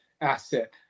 asset